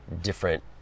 different